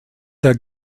der